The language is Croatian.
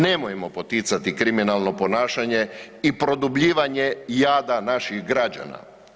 Nemojmo poticati kriminalno ponašanje i produbljivanje jada naših građana.